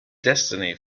destiny